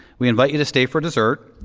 we invite you to stay for dessert,